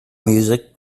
music